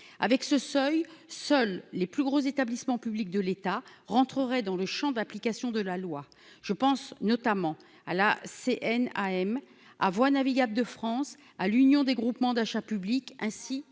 avec ce seuil, seuls les plus gros établissements publics de l'État rentreraient dans le Champ d'application de la loi, je pense notamment à la CNAM à Voies navigables de France, à l'Union des groupements d'achats publics ainsi